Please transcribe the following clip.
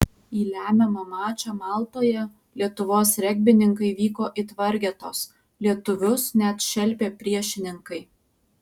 į lemiamą mačą maltoje lietuvos regbininkai vyko it vargetos lietuvius net šelpė priešininkai